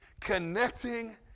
connecting